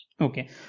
Okay